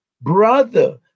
brother